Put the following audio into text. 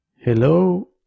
Hello